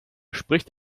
spricht